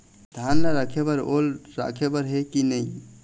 धान ला रखे बर ओल राखे बर हे कि नई?